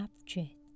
object